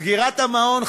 סגירת המעון,